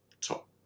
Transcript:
top